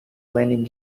landing